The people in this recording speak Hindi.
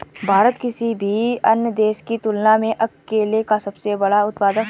भारत किसी भी अन्य देश की तुलना में केले का सबसे बड़ा उत्पादक है